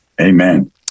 Amen